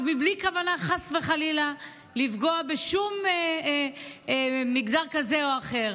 ובלי כוונה חס וחלילה לפגוע בשום מגזר כזה או אחר,